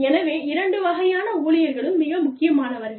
எனவே இரண்டு வகையான ஊழியர்களும் மிக முக்கியமானவர்கள்